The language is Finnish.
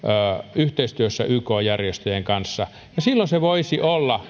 yhteistyössä ykn järjestöjen kanssa silloin se suomen osuus voisi olla